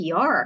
PR